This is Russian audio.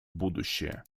будущее